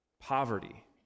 poverty